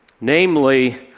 Namely